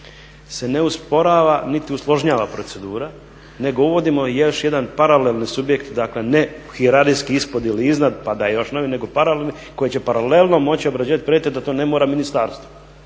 se ne usporava niti usložnjava procedura nego uvodimo još jedan paralelni subjekt, dakle ne u hijerarhijskom ispod ili iznad pa da je još novi, nego paralelni koji će paralelno moći obrađivati projekte da to ne mora ministarstvo.